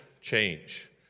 change